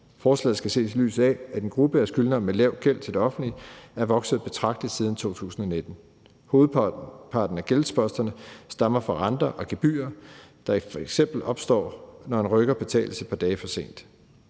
Forslaget skal ses i lyset af, at gruppen af skyldnere med lav gæld til det offentlige er vokset betragteligt siden 2019. Hovedparten af gældsposterne stammer fra renter og gebyrer, der f.eks. opstår, når en rykker betales et par dage for sent.